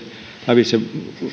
lävitse